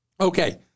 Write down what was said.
Okay